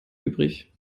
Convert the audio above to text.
übrig